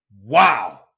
Wow